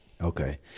okay